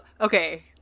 okay